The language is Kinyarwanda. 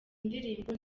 ndirimbo